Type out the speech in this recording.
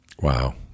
Wow